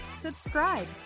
subscribe